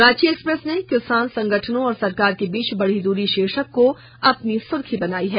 Ranchi Express ने किसान संगठनों और सरकार के बीच बढी द्री शीर्षक को अपनी सुर्खी बनाई है